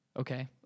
Okay